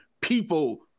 people